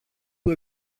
του